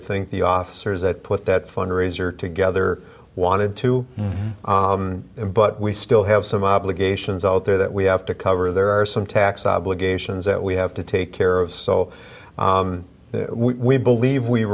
think the officers that put that fund raiser together wanted to but we still have some obligations out there that we have to cover there are some tax obligations that we have to take care of so we believe we